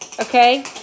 Okay